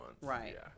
Right